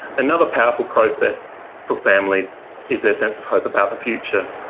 another powerful process for families is their sense of hope about the future.